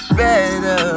better